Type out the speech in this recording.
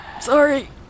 Sorry